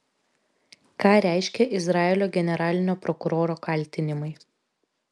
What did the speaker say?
ką reiškia izraelio generalinio prokuroro kaltinimai